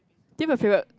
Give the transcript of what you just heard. think my favourite